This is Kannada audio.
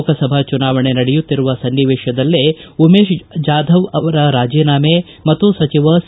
ಲೋಕಸಭಾ ಚುನಾವಣೆ ನಡೆಯುತ್ತಿರುವ ಸ್ನಾವೇಶದಲ್ಲೇ ಉಮೇಶ್ ಜಾಧವ್ ಅವರ ರಾಜೀನಾಮೆ ಮತ್ತು ಸಚಿವ ಸಿ